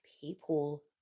people